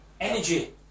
energy